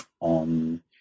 on